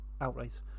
outright